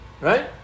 Right